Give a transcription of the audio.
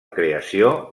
creació